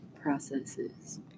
processes